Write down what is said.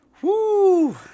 Woo